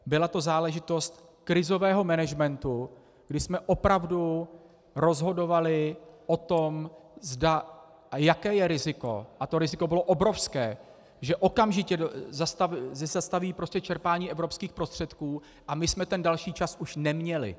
Byla to záležitost krizového managementu, kdy jsme opravdu rozhodovali o tom, zda a jaké je riziko, a to riziko bylo obrovské, že okamžitě zastaví čerpání evropských prostředků, a my jsme ten další čas už neměli.